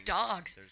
dogs